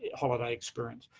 holiday experience.